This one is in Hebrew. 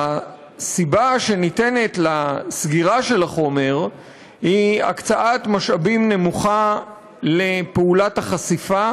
הסיבה שניתנת לסגירה של החומר היא הקצאת משאבים נמוכה לפעולת החשיפה,